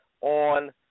on